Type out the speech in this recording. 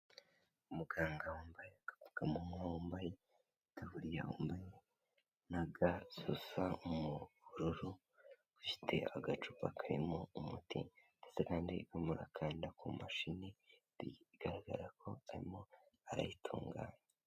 Umuganga wambaye agapfukamunwa wambaye itaburiya na ga zisa n'ubururu, ufite agacupa karimo umuti ndetse kandi ukanda ku mashini bigaragara ko arimo arayitunganya.